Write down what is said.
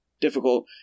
difficult